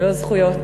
ללא זכויות,